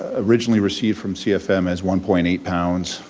ah originally received from cfm as one point eight pounds,